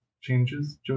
Changes